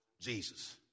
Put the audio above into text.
Jesus